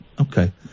okay